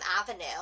Avenue